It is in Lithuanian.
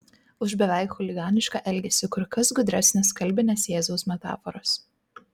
už beveik chuliganišką elgesį kur kas gudresnės kalbinės jėzaus metaforos